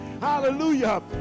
hallelujah